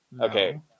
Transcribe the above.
okay